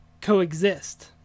coexist